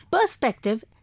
Perspective